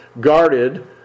guarded